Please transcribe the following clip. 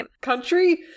country